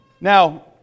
Now